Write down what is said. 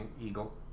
Eagle